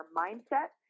mindset